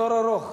התור ארוך.